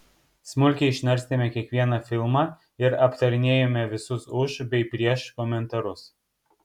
smulkiai išnarstėme kiekvieną filmą ir aptarinėjome visus už bei prieš komentarus